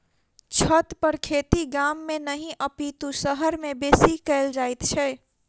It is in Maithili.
छतपर खेती गाम मे नहि अपितु शहर मे बेसी कयल जाइत छै